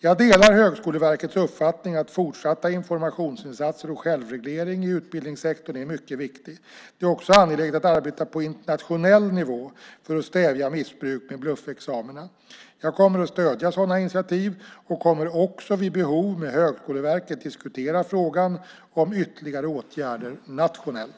Jag delar Högskoleverkets uppfattning att fortsatta informationsinsatser och självreglering i utbildningssektorn är mycket viktigt. Det är också angeläget att arbeta på internationell nivå för att stävja missbruket med bluffexamina. Jag kommer att stödja sådana initiativ och kommer också vid behov att med Högskoleverket diskutera frågan om ytterligare åtgärder nationellt.